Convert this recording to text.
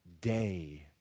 day